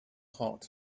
hot